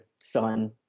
sun